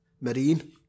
Marine